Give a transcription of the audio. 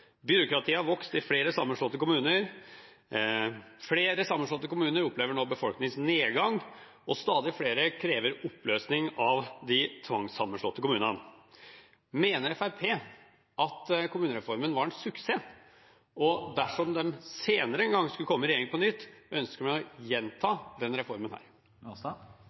Byråkratiet har vokst i flere sammenslåtte kommuner, flere sammenslåtte kommuner opplever nå befolkningsnedgang, og stadig flere krever oppløsning av de tvangssammenslåtte kommunene. Mener Fremskrittspartiet at kommunereformen var en suksess? Dersom de senere en gang skulle komme i regjering på nytt, ønsker de da å gjenta denne reformen?